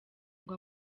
ngo